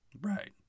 Right